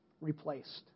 replaced